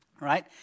right